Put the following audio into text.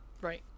Right